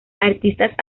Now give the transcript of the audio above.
artistas